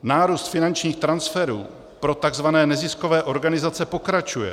Nárůst finančních transferů pro takzvané neziskové organizace pokračuje.